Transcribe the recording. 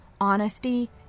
honesty